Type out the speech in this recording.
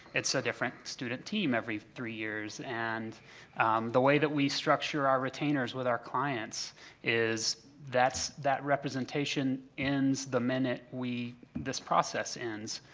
it's a different student team every three years. and the way that we structure our retainers with our clients is that representation ends the minute we this process ends.